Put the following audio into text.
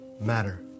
matter